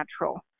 natural